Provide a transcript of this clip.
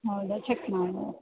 ಹೌದಾ ಚೆಕ್ ಮಾಡಿ